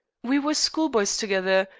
we were schoolboys together,